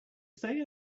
stay